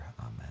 Amen